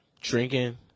drinking